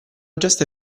gesto